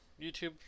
YouTube